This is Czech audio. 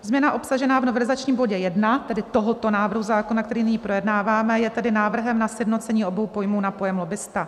Změna obsažená v novelizačním bodě 1, tedy tohoto návrhu zákona, který nyní projednáváme, je tedy návrhem na sjednocení obou pojmů na pojem lobbista.